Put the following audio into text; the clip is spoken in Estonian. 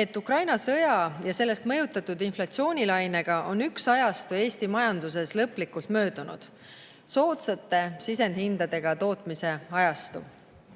et Ukraina sõja ja sellest mõjutatud inflatsioonilainega on üks ajastu Eesti majanduses lõplikult möödunud – soodsate sisendhindadega tootmise ajastu.